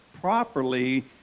properly